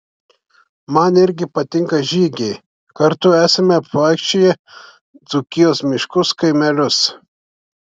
man irgi patinka žygiai kartu esame apvaikščioję dzūkijos miškus kaimelius